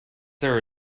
there